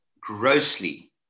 grossly